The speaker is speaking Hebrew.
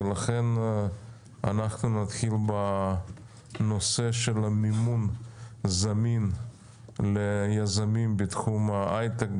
ולכן נתחיל בנושא מימון זמין ליזמים בתחום ההייטק,